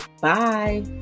bye